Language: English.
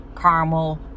caramel